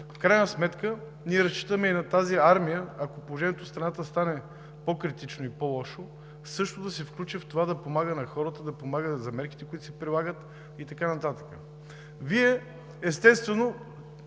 В крайна сметка ние разчитаме и на тази армия, ако положението в страната стане по-критично и по-лошо, също да се включи в това да помага на хората, да помага за мерките, които се прилагат и така нататък. Естествено,